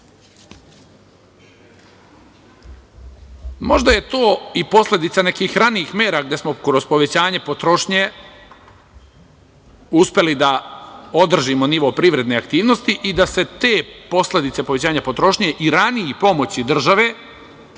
Možda je to i posledica nekih ranijih mera gde smo kroz povećanje potrošnje uspeli da održimo nivo privredne aktivnosti i da se te posledice povećanja potrošnje i ranije pomoći države